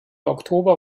oktober